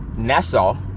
nassau